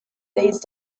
these